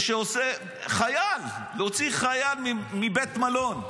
חייל, מבית מלון.